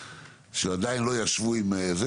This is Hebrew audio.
שעדיין לא ישבו עם הגוף המייצג,